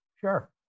Sure